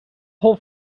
whole